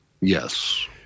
Yes